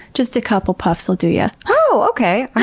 just a couple puffs will do ya. oh, okay!